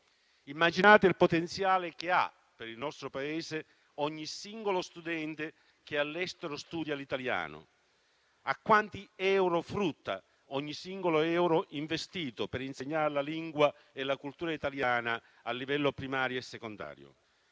Immaginate il potenziale che per il nostro Paese ha ogni singolo studente che studia l'italiano all'estero; pensate a quanto frutta ogni singolo euro investito per insegnare la lingua e la cultura italiana a livello primario e secondario